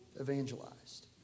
evangelized